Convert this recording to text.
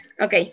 Ok